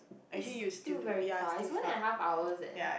is still very far it's one and the half hours leh